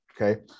Okay